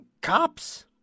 cops